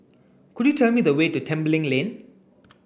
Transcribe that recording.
could you tell me the way to Tembeling Lane